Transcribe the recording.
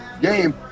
game